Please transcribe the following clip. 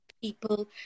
people